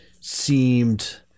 seemed